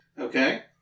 Okay